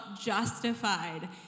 justified